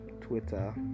twitter